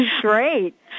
Great